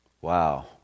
Wow